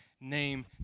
name